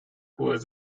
was